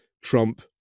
Trump